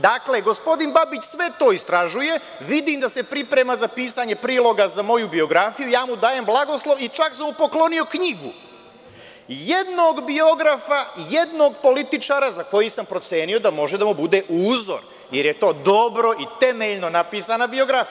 Dakle, gospodin Babić sve to istražuje i vidim da se priprema za pisanje priloga za moju biografiju i ja mu dajem blagoslov i čak sam mu poklonio knjigu, jednog biografa, jednog političara, za koji sam procenio da može da mu bude uzor, jer je to dobro i temeljno napisana biografija.